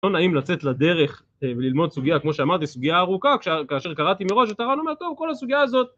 לא נעים לצאת לדרך וללמוד סוגיה כמו שאמרתי, סוגיה ארוכה, כאשר קראתי מראש, ה... אומר טוב, כל הסוגיה הזאת